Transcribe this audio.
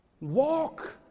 Walk